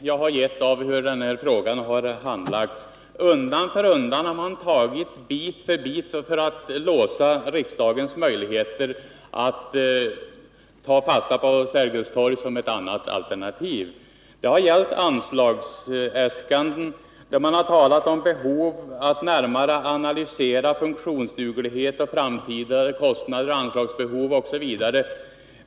Herr talman! Det är ingen vrångbild som jag gett av handläggningen av denna fråga. Man har agerat så att man bit för bit låst riksdagens möjligheter att ta fasta på Sergels torg som ett alternativ. Det har skett genom att man i samband med anslagsäskanden talat om nödvändigheten av att närmare analysera funktionsduglighet, framtida kostnader, anslagsbehov osv.